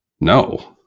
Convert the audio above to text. No